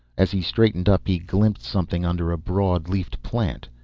as he straightened up he glimpsed something under a broad-leafed plant.